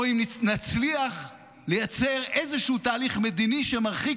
או אם נצליח לייצר איזשהו תהליך מדיני שמרחיק